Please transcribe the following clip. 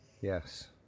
Yes